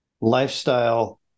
lifestyle